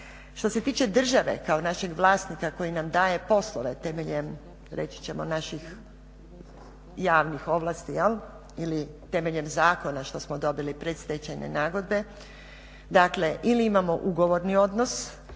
Što se tiče države kao našeg vlasnika koji nam daje poslove temeljem reći ćemo naših javnih ovlasti ili temeljem zakona što smo dobili predstečajne nagodbe, dakle ili imamo ugovorni odnos